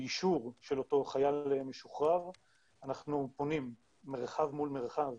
באישור של אותו חייל משוחרר אנחנו פונים מרחב מול מרחב